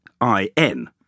I-N